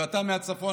ואתה מהצפון,